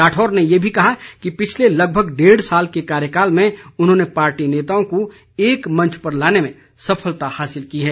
राठौर ने ये भी कहा कि पिछले लगभग डेढ़ साल के कार्यकाल में उन्होंने पार्टी नेताओं को एक मंच पर लाने में सफलता हासिल की है